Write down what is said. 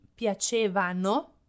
piacevano